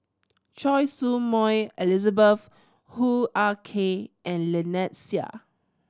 Choy Su Moi Elizabeth Hoo Ah Kay and Lynnette Seah